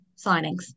signings